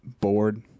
bored